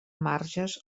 marges